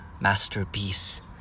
masterpiece